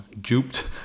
duped